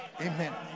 Amen